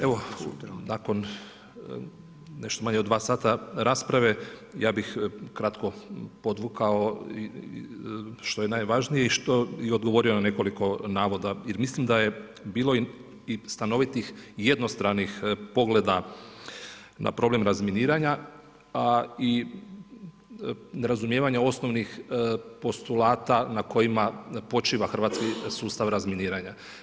Evo, nakon nešto manje od 2 sata rasprave, ja bih kratko podvukao što je najvažnije i odgovorio na nekoliko navoda jer mislim da je bilo i stanovitih jednostranih pogleda na problem razminiranja, a i nerazumijevanja osnovnih postulata na kojima počiva hrvatski sustav razminiranja.